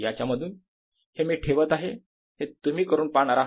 हे मी ठेवत आहे हे तुम्ही करून पाहणार आहात